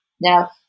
Now